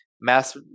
mass